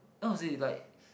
how to say like